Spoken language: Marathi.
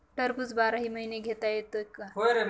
टरबूज बाराही महिने घेता येते का?